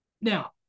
Now